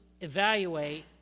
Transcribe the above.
evaluate